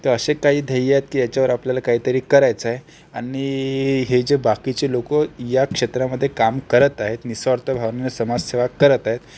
तर असे काही ध्येय आहेत की याच्यावर आपल्याला काहीतरी करायचं आहे आणि हे जे बाकीचे लोकं या क्षेत्रामध्ये काम करत आहेत नि स्वार्थ भावनेने समाजसेवा करत आहेत